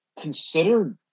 consider